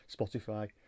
Spotify